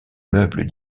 meubles